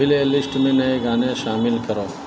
پلے list میں نئے گانے شامل کرو